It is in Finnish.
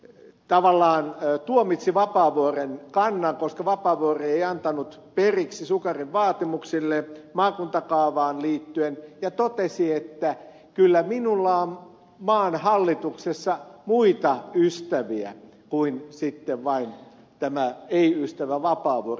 sukari tavallaan tuomitsi vapaavuoren kannan koska vapaavuori ei antanut periksi sukarin vaatimuksille maakuntakaavaan liittyen ja totesi että kyllä minulla on maan hallituksessa muita ystäviä kuin sitten vain tämä ei ystävä vapaavuori